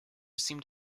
seemed